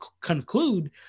conclude